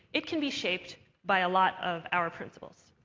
it can be shaped by a lot of our principles.